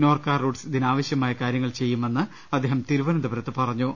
നോർക്കാറൂട്ട്സ് ഇതിനാവശ്യമായ കാര്യങ്ങൾ ചെയ്യുമെന്ന് അദ്ദേഹം തിരുവന ന്തപുരത്ത് പറഞ്ഞു